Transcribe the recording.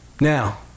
Now